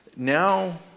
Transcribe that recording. now